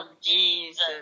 Jesus